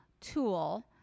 tool